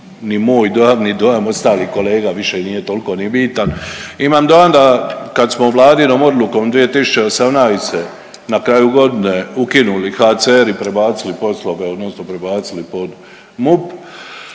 ni moj dojam ni ostalih kolega više nije toliko ni bitan, imam dojam kad smo vladinom odlukom 2018. na kraju godine ukinuli HCR i prebacili poslove odnosno prebacili pod MUP